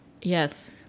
Yes